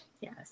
yes